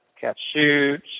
catch-shoot